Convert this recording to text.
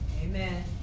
Amen